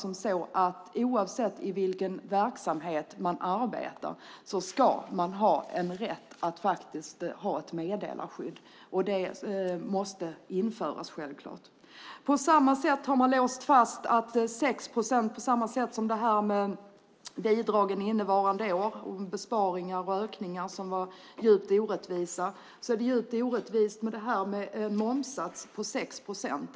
Oavsett i vilken verksamhet man arbetar ska man ha rätt till meddelarskydd. Det måste självklart införas. Det andra är att precis som bidragen innevarande år och besparingar och ökningar var djupt orättvisa är det djupt orättvist med en momssats på 6 procent.